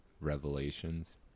revelations